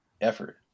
effort